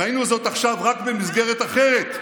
ראינו זאת עכשיו רק במסגרת אחרת,